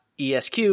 .esq